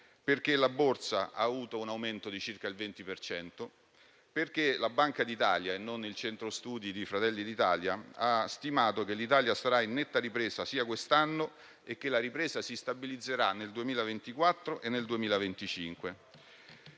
perché la borsa ha avuto un aumento di circa il 20 per cento, dato che la Banca d'Italia - e non il centro studi di Fratelli d'Italia - ha stimato che l'Italia sarà in netta ripresa quest'anno e la ripresa si stabilizzerà nel 2024 e nel 2025.